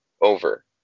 over